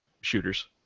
shooters